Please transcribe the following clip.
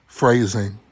Phrasing